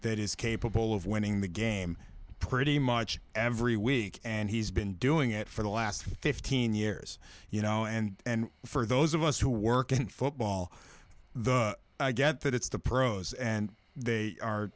that is capable of winning the game pretty much every week and he's been doing it for the last fifteen years you know and for those of us who work in football though i get that it's the pros and they are